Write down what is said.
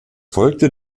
folgte